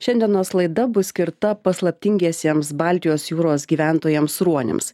šiandienos laida bus skirta paslaptingiesiems baltijos jūros gyventojams ruoniams